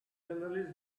journalist